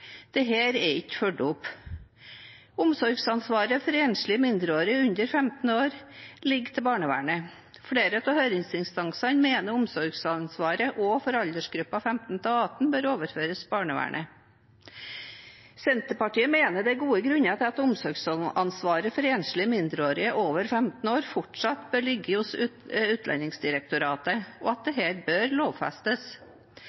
er ikke fulgt opp. Omsorgsansvaret for enslige mindreårige under 15 år ligger til barnevernet. Flere av høringsinstansene mener omsorgsansvaret også for aldersgruppen 15–18 år bør overføres barnevernet. Senterpartiet mener det er gode grunner til at omsorgsansvaret for enslige mindreårige over 15 år fortsatt bør ligge hos Utlendingsdirektoratet, og at